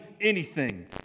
anything